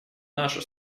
нашу